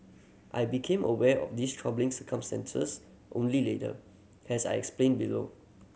I became aware of these troubling circumstances only later has I explain below